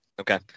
Okay